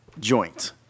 joint